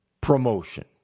promotion